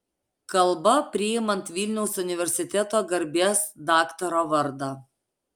kalba priimant vilniaus universiteto garbės daktaro vardą